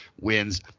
wins